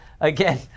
again